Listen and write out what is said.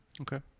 Okay